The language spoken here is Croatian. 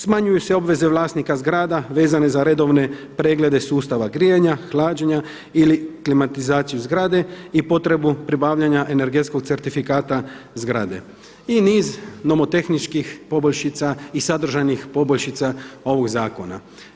Smanjuju se obveze vlasnika zgrada vezane za redovne preglede sustava grijanja, hlađenja ili klimatizaciju zgrade i potrebu pribavljanja energetskog certifikata zgrade i niz nomotehničkih poboljšica i sadržajnih poboljšica ovog zakona.